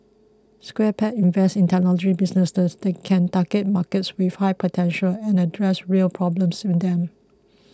Square Peg invests in technology businesses that can target markets with high potential and address real problems in them